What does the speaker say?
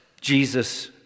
Jesus